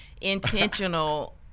intentional